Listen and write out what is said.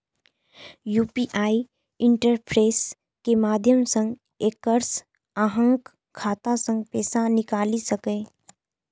UPI interface के माध्यम सं हैकर्स अहांक खाता सं पैसा निकालि सकैए